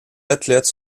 athlètes